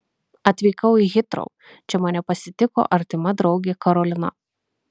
atvykau į hitrou čia mane pasitiko artima draugė karolina